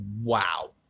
wow